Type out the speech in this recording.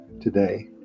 today